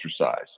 exercise